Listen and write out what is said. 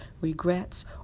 regrets